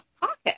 pocket